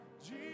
Jesus